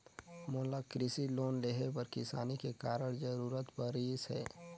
मोला कृसि लोन लेहे बर किसानी के कारण जरूरत परिस हे